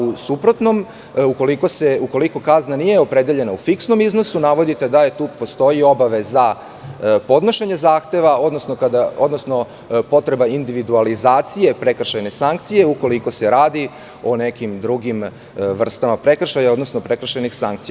U suprotnom, ukoliko kazna nije opredeljenja u fiksnom iznosu, navodite da tu postoji obaveza podnošenja zahteva, odnosno potreba individualizacije prekršajne sankcije, ukoliko se radi o nekim drugim vrstama prekršaja, odnosno prekršajnih sankcija.